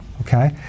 okay